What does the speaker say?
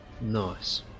Nice